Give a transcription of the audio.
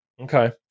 Okay